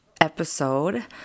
episode